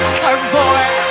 surfboard